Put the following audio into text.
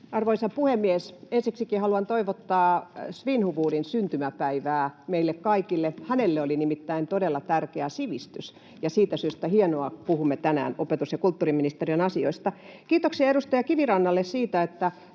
Arvoisa puhemies! Ensiksikin haluan toivottaa Svinhufvudin syntymäpäivää meille kaikille. Hänelle oli nimittäin todella tärkeää sivistys, ja siitä syystä on hienoa, että puhumme tänään opetus‑ ja kulttuuriministeriön asioista. Kiitoksia edustaja Kivirannalle siitä, että